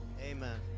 Amen